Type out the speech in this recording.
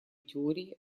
теории